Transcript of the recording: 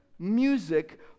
Music